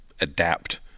adapt